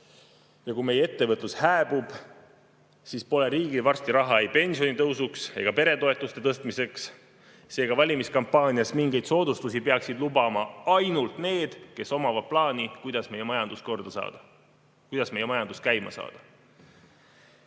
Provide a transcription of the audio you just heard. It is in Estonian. Kui meie ettevõtlus hääbub, siis pole riigil varsti raha ei pensionitõusuks ega peretoetuste tõstmiseks. Seega, valimiskampaanias mingeid soodustusi peaksid lubama ainult need, kes omavad plaani, kuidas meie majandus korda saada, kuidas meie majandus käima saada.